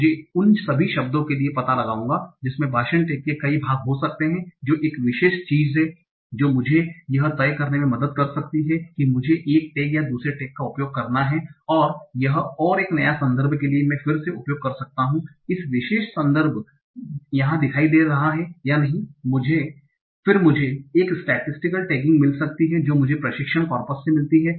मुझे उन सभी शब्दों के लिए पता लगाउंगा जिनमें भाषण टैग के कई भाग हो सकते हैं जो एक विशेष चीज है जो मुझे यह तय करने में मदद कर सकती है कि मुझे एक टैग या दूसरे टेग का उपयोग करना है और यह और एक नया संदर्भ के लिए मैं फिर से उपयोग कर सकता हूं इस विशेष संदर्भ यहाँ दिखाई दे रहा है या नहीं फिर मुझे एक स्टेटिस्टिकल टैगिंग मिल सकती है जो मुझे प्रशिक्षण कॉर्पस से मिलती है